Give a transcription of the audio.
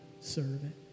servant